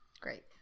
Great